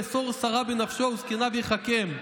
לאסֹר שריו בנפשו וזקניו יחכם.